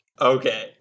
Okay